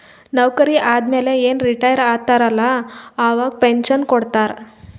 ನೌಕರಿ ಆದಮ್ಯಾಲ ಏನ್ ರಿಟೈರ್ ಆತಾರ ಅಲ್ಲಾ ಅವಾಗ ಪೆನ್ಷನ್ ಕೊಡ್ತಾರ್